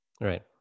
Right